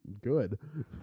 good